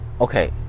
Okay